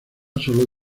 sólo